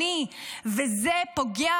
אנחנו כאן, נלחמים